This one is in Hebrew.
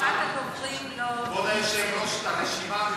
אפשר לשים את הרשימה?